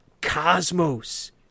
cosmos